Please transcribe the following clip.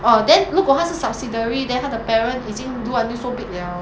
orh then 如果它是 subsidiary then 它的 parent 已经 do until so big liao